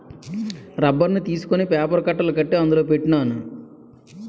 రబ్బర్ని తీసుకొని పేపర్ కట్టలు కట్టి అందులో పెట్టినాను